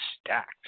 stacked